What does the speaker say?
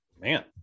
man